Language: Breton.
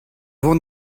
vont